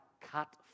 cut